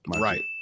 Right